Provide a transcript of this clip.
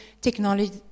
technology